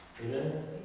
Amen